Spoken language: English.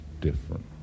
different